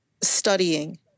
studying